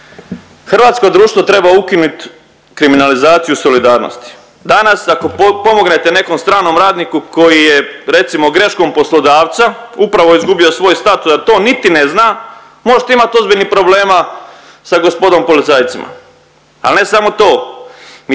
hrvatsko društvo treba ukinut kriminalizaciju solidarnosti. Danas ako pomognete nekom stranom radniku koji je recimo greškom poslodavaca upravo izgubio svoj status a da to niti ne zna možete imati ozbiljnih problema sa gospodom policajcima. Ali ne samo to,